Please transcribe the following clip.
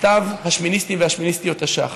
מכתב השמיניסטים והשמיניסטיות תשע"ח.